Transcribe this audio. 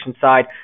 side